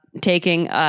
Taking